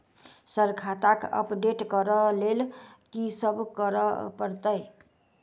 Sir खाता केँ update करऽ लेल की सब करै परतै?